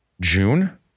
June